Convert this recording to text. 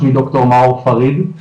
שמי ד"ר מאור פריד,